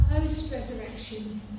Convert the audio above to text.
post-resurrection